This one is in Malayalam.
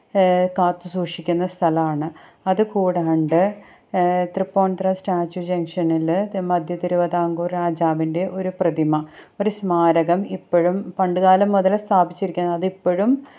കാത്ത് സൂക്ഷിക്കുന്ന സ്ഥലവാണ് അത്കൂടാണ്ട് തൃപ്പൂണിത്തുറ സ്റ്റാച്ചു ജംഗ്ഷനില് തി മധ്യതിരുവിതാംകൂര് രാജാവിന്റെ ഒരു പ്രതിമ ഒരു സ്മാരകം ഇപ്പഴും പണ്ട് കാലം മുതലേ സ്ഥാപിച്ചിരിക്കുന്നത് ഇപ്പഴും